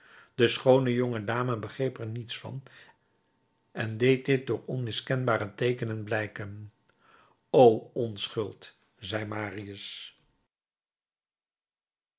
de schoone jonge dame begreep er niets van en deed dit door onmiskenbare teekenen blijken o onschuld zei marius